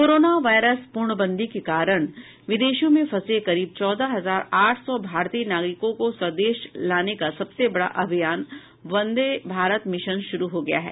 corona virus पूर्णबंदी के कारण विदेशों में फंसे करीब चौदह हजार आठ सौ भारतीय नागरिकों को स्वदेश लाने का सबसे बड़ा अभियान वंदे भारत मिशन शुरू हो गया है